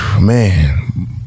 Man